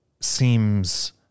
seems